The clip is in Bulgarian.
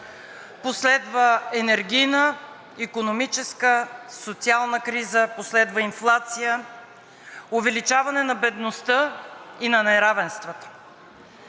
последва енергийна, икономическа, социална криза, последва инфлация, увеличаване на бедността и на неравенствата.